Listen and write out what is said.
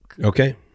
Okay